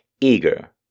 eager